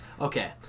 Okay